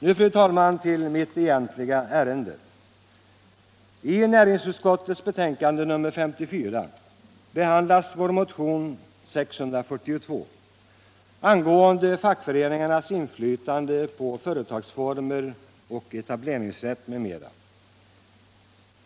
Nu, fru talman, till mitt egentliga ärende. I näringsutskottets betänkande nr 54 behandlas vår motion 642, angående fackföreningars inflytande på företagsformer och etableringsrätt m.m.